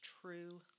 true